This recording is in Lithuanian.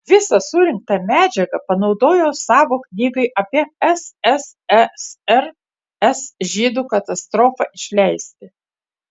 visą surinktą medžiagą panaudojo savo knygai apie ssrs žydų katastrofą išleisti